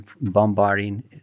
bombarding